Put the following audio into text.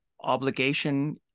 obligation